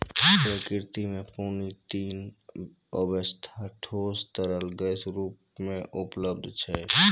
प्रकृति म पानी तीन अबस्था ठोस, तरल, गैस रूपो म उपलब्ध छै